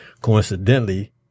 Coincidentally